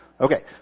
Okay